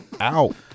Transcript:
out